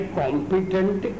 competent